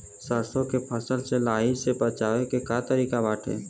सरसो के फसल से लाही से बचाव के का तरीका बाटे?